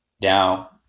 Now